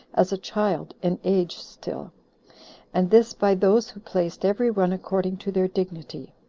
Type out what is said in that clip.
as a child in age still and this by those who placed every one according to their dignity.